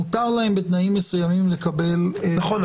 מותר להם בתנאים מסוימים לקבל -- נכון,